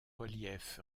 relief